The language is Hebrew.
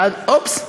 ואז, אופס.